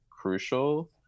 crucial